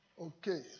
Okay